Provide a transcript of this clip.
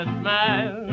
smile